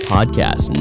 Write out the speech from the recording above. Podcast